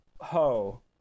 ho